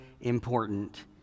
important